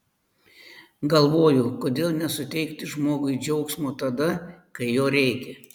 galvoju kodėl nesuteikti žmogui džiaugsmo tada kai jo reikia